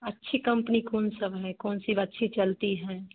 अच्छी कंपनी कौन सब है कौन सी अच्छी चलती है